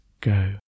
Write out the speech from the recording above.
go